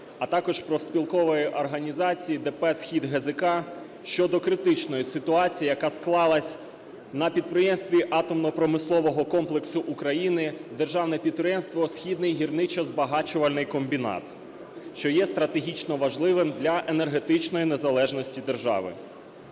а також профспілкової організації ДП "СхідГЗК", щодо критичної ситуації, яка склалася на підприємстві атомно-промислового комплексу України "Державне підприємство "Східний гірничо-збагачувальний комбінат", що є стратегічно важливим для енергетичної незалежності держави.